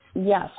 yes